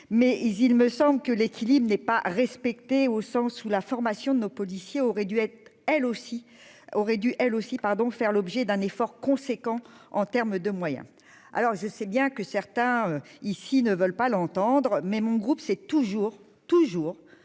Yves, il me semble que l'équilibre n'est pas respectée au sens où la formation de nos policiers auraient dû être elle aussi aurait dû elle aussi par donc faire l'objet d'un effort conséquent en terme de moyens alors je sais bien que certains ici ne veulent pas l'entendre, mais mon groupe, c'est toujours, toujours